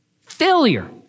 failure